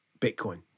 Bitcoin